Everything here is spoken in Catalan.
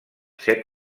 set